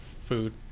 food